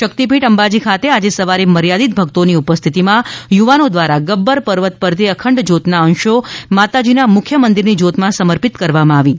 શક્તિપીઠ અંબાજી ખાતે આજે સવારે મર્યાદિત ભક્તોની ઉપસ્થિતમાં યુવાનો દ્વારા ગબ્બર પર્વત પરથી અંખડ જ્યોતના અંશો માતાજીના મુખ્ય મંદિરની જ્યોતમાં સમર્પિત કરવામાં આવી હતી